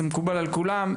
זה מקובל על כולם.